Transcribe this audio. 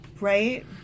right